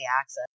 access